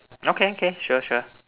okay okay sure sure